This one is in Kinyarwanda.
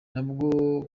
nabwo